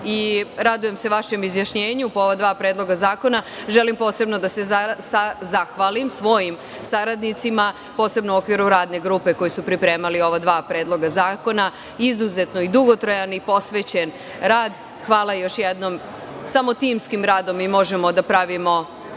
i radujem se vašem izjašnjenju po ova dva predloga zakona. Želim posebno da se zahvalim svojim saradnicima, posebno u okviru radne grupe, koji su pripremali ova dva predloga zakona, izuzetno dugotrajan i posvećen rad. Hvala još jednom. Samo timskim radom mi možemo da pravimo